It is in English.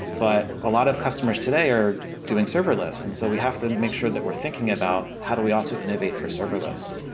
but a lot of customers today are doing serverless. and so we have to make sure that we're thinking about how do we also innovate for serverless.